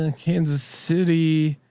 and kansas city.